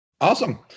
Awesome